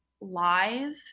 live